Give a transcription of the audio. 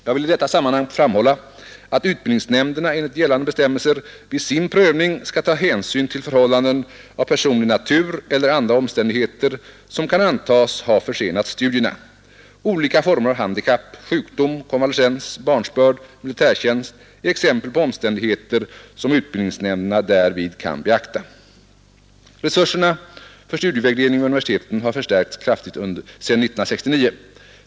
Jag vill i detta sammanhang framhålla att utbildningsnämnderna enligt gällande bestämmelser vid sin prövning skall ta hänsyn till förhållanden av personlig natur eller andra omständigheter som kan antas ha försenat studierna. Olika former av handikapp, sjukdom, konvalescens, barnsbörd och militärtjänst är exempel på omständigheter som utbildningsnämnderna därvid kan beakta. Resurserna för studievägledning vid universiteten har förstärkts kraftigt sedan 1969.